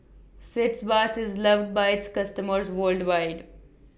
Sitz Bath IS loved By its customers worldwide